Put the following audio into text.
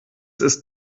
ist